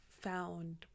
found